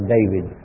David